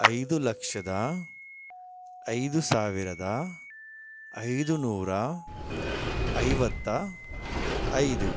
ಐದು ಲಕ್ಷದ ಐದು ಸಾವಿರದ ಐದು ನೂರ ಐವತ್ತ ಐದು